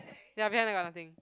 ya behind there got nothing